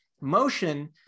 Motion